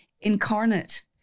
incarnate